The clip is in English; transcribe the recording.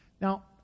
Now